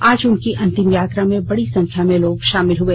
आज उनकी अंतिम यात्रा में बड़ी संख्या में लोग शामिल हुए